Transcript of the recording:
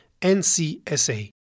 NCSA